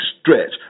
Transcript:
stretch